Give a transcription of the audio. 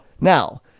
now